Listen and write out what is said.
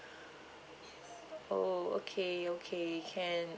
oh okay okay can